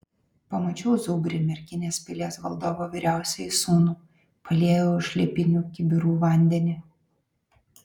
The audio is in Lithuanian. pamačiau zubrį merkinės pilies valdovo vyriausiąjį sūnų paliejau iš liepinių kibirų vandenį